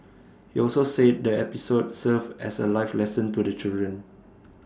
he also said the episode served as A life lesson to the children